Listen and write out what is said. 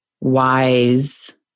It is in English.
wise